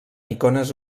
icones